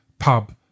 Pub